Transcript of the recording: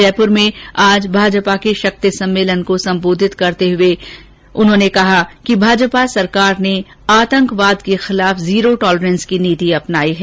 जयपुर में आज भाजपा के शक्ति सम्मेलन को संबोधित करते हुए कहा कि भाजपा सरकार ने आतंकवाद के खिलाफ जीरो टोलरेंस की नीति अपनायी है